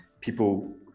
people